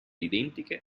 identiche